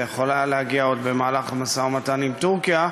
זה יכול היה להגיע עוד במהלך המשא-ומתן עם טורקיה,